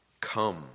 come